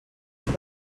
arc